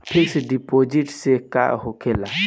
Fix deposit से का होखे ला?